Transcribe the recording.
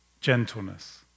gentleness